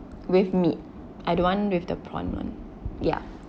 with meat I don't want with the prawn one ya